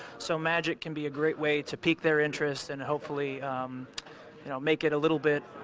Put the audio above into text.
so magic can be a great way to pique their interest and hopefully you know make it a little bit,